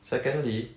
secondly